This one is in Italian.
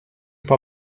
può